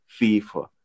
FIFA